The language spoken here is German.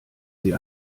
sie